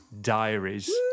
Diaries